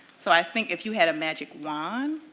so i mean if you had a magic wand,